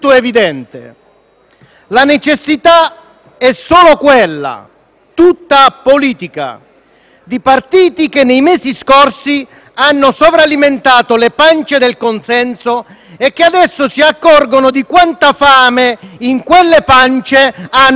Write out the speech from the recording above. La necessità è solo quella - tutta politica - di partiti che nei mesi scorsi hanno sovralimentato le pance del consenso e che adesso si accorgono di quanta fame in quelle pance hanno provocato.